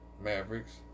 Mavericks